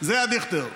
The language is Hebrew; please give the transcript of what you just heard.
זה הדיכטר.